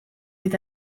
fait